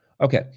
Okay